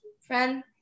friend